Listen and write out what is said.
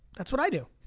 that's what i do.